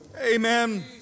Amen